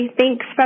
thanks